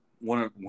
one